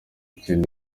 ikindi